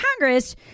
Congress